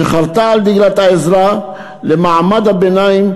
שחרתה על דגלה את העזרה למעמד הביניים,